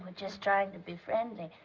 just trying to be friendly.